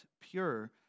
pure